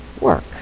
work